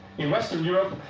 in western europe,